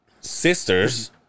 sisters